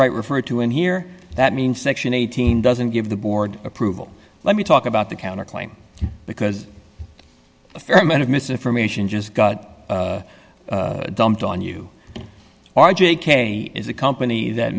right referred to in here that means section eighteen doesn't give the board approval let me talk about the counter claim because a fair amount of misinformation just got dumped on you r j k is a company that